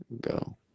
go